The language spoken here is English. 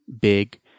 big